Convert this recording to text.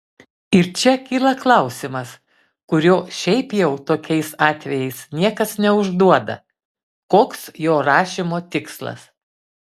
ir čia kyla klausimas kurio šiaip jau tokiais atvejais niekas neužduoda koks jo rašymo tikslas